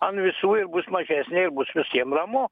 an visų ir bus mažesnė ir bus visiem ramu